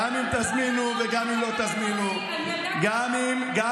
גם אם תזמינו וגם אם לא תזמינו,